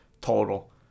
total